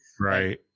Right